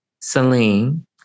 Celine